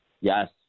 yes